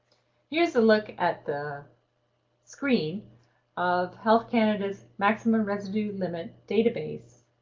here's a look at the screen of health canada's maximum residue limit database.